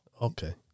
Okay